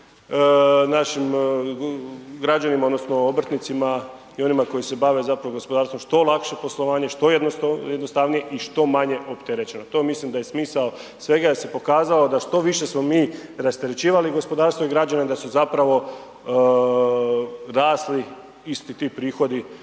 našim građanima odnosno obrtnicima i onima koji se bave zapravo gospodarstvom, što lakše poslovanje, što jednostavnije i što manje opterećeno. To mislim da je smisao svega jer se pokazalo da što više smo mi rasterećivali gospodarstvo i građane, da su zapravo rasli isti ti prihodi